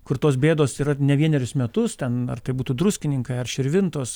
kur tos bėdos yra ne vienerius metus ten ar tai būtų druskininkai ar širvintos